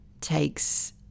takes